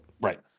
Right